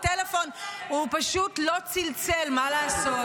הטלפון, הוא פשוט לא צלצל, מה לעשות.